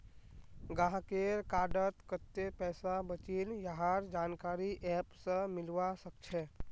गाहकेर कार्डत कत्ते पैसा बचिल यहार जानकारी ऐप स मिलवा सखछे